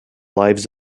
lives